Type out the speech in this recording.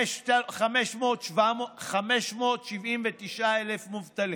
579,000 מובטלים,